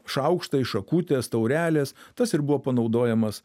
šaukštai šakutės taurelės tas ir buvo panaudojamas